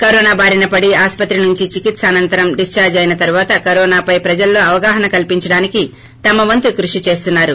corona బారిన పడి ఆసుపత్రి నుంచి చికిత్ప అనంతరం డిశ్చార్ల్ అయిన తరువాత కరోనపై ప్రజల్లో అవగాహన కల్పించడానికి తమ వంతు కృషి చేస్తున్నారు